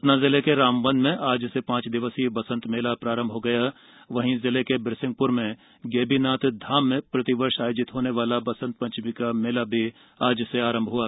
सतना जिले के रामबन में आज से ांच दिवसीय बसंत मेला प्रारंभ हो गया वहीं जिले के बिरसिंह र में गड्डी नाथ धाम में प्रतिवर्ष आयोजित होने वाले बसंत ंचमी का मेला भी आज से शुरू हुआ